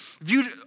viewed